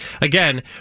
Again